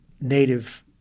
native